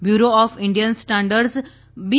bureau of Indian standards B